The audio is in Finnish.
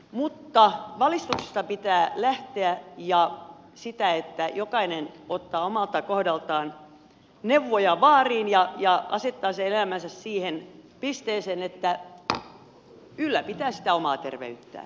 mutta valistuksesta pitää lähteä ja siitä että jokainen ottaa omalta kohdaltaan neuvoista vaarin ja asettaa sen elämänsä siihen pisteeseen että ylläpitää sitä omaa terveyttään